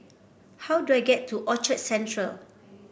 how do I get to Orchard Central